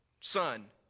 son